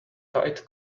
tight